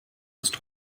ist